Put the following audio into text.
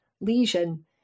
lesion